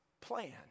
plan